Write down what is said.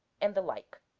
and the like.